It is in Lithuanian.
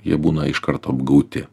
jie būna iš karto apgauti